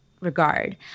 regard